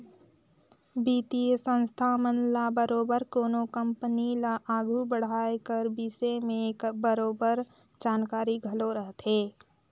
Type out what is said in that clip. बित्तीय संस्था मन ल बरोबेर कोनो कंपनी ल आघु बढ़ाए कर बिसे में बरोबेर जानकारी घलो रहथे